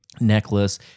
necklace